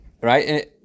Right